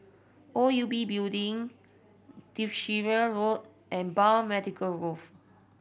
O U B Building Derbyshire Road and Biomedical Grove